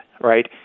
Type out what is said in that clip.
right